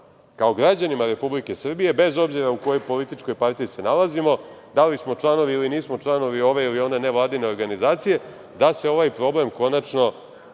kao građanima Republike Srbije, bez obzira u kojoj političkoj partiji se nalazimo da li smo članovi ili nismo članovi ove ili one nevladine organizacije, da se ovaj problem konačno